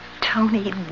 Tony